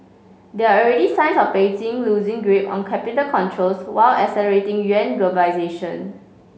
there are already signs of Beijing loosing grip on capital controls while accelerating yuan globalisation